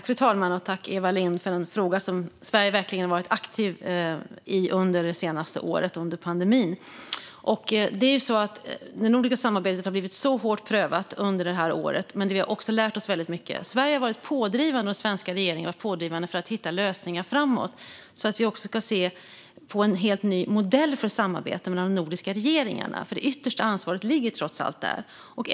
Fru talman! Tack, Eva Lindh, för en fråga om något som Sverige verkligen har varit aktivt i under det senaste året och under pandemin! Det nordiska samarbetet har blivit hårt prövat under det här året, men vi har också lärt oss väldigt mycket. Sverige och den svenska regeringen har varit pådrivande för att hitta lösningar framåt. Vi ska se på en helt ny modell för samarbete mellan de nordiska regeringarna, för det yttersta ansvaret ligger trots allt där.